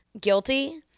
Guilty